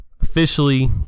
officially